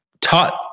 taught